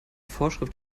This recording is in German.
vorschrift